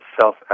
self